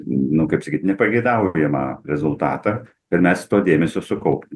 nu kaip sakyt nepageidaujamą rezultatą ir mes to dėmesio sukaupt